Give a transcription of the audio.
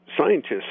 scientists